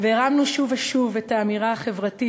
והרמנו שוב ושוב את האמירה החברתית